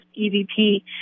EVP